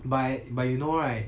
but but you know right